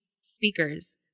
speakers